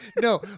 No